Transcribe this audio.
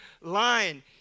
line